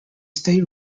state